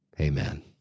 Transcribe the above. Amen